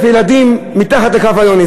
אז 780,000 ילדים מתחת לקו העוני,